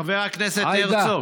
חבר הכנסת הרצוג,